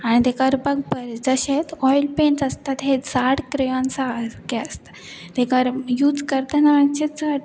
आनी ते करपाक बरें जशेंत ऑयल पेंट आसतात हें झाड क्रेओन सारकें आसता ते कर यूज करतना आमचे चड